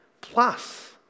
Plus